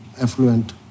affluent